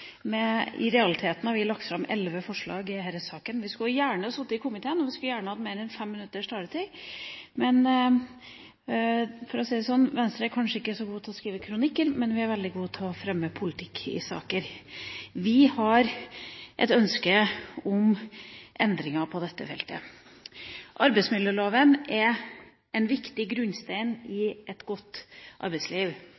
med flere partier i opposisjonen, vil føre til at familiene vil få en bedre kombinasjon mellom arbeidslivet og familielivet. Replikkordskiftet er omme. Jeg har flest forslag i salen. I realiteten har vi lagt fram elleve forslag i denne saken. Vi skulle gjerne sittet i komiteen, og vi skulle gjerne hatt mer enn 5 minutters taletid, men for å si det sånn: Venstre er kanskje ikke så gode til å skrive kronikker, men vi er veldig gode til å fremme